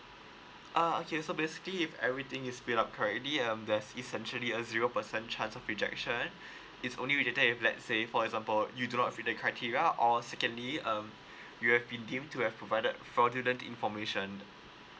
uh okay so basically if everything is fill up correctly um that's essentially a zero percent chance of rejection it's only rejected if let say for example you do not fit the criteria or secondly um you have been given to us provided fraudulent information